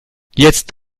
jetzt